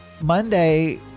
monday